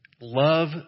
love